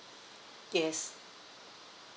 yes